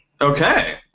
Okay